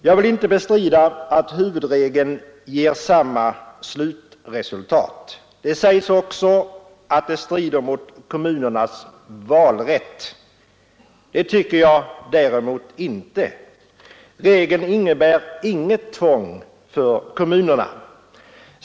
Jag vill inte bestrida att huvudregeln ger samma slutresultat. Det sägs också att den strider mot kommunernas valrätt. Det tycker jag däremot inte. Regeln innebär inget tvång för kommunerna.